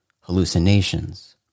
Hallucinations